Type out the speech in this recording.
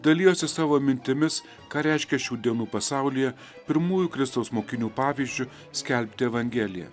dalijosi savo mintimis ką reiškia šių dienų pasaulyje pirmųjų kristaus mokinių pavyzdžiu skelbti evangeliją